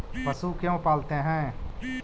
पशु क्यों पालते हैं?